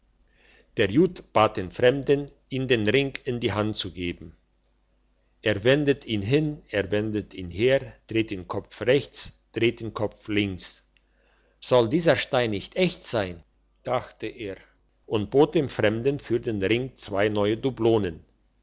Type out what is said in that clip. der jud bat den fremden ihm den ring in die hand zu geben er wendet ihn hin er wendet ihn her dreht den kopf rechts dreht den kopf links soll dieser stein nicht echt sein dachte er und bot dem fremden für den ring zwei neue